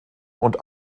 und